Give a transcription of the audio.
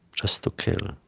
just to kill,